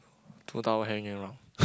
two towel hanging around